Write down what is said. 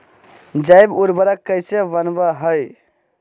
जैव उर्वरक कैसे वनवय हैय?